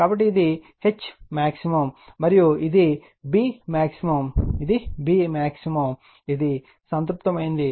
కాబట్టి ఇది నా Hmax మరియు ఇది నా Bmax ఇది Bmax ఇది సంతృప్తమైంది